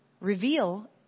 reveal